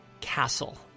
castle